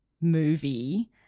movie